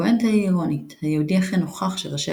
הפואנטה היא אירונית – היהודי אכן נוכח שראשי